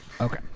Okay